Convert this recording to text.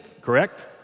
correct